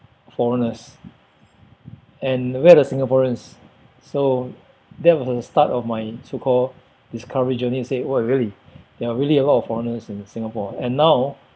foreigners and where are the singaporeans so that was the start of my so called discovery journey and say oh really there are really a lot of foreigners in Singapore and now